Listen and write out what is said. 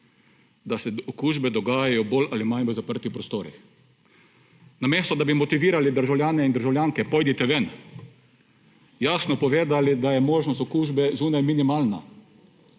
da se okužbe dogajajo bolj ali manj v zaprtih prostorih. Namesto da bi motivirali državljanke in državljane, pojdite ven, jasno povedali, da je možnost okužbe zunaj minimalna